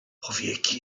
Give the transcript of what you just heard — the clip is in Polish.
powieki